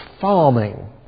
farming